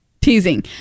Teasing